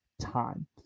time